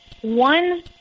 One